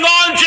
on